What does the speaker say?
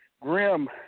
Grim